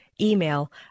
email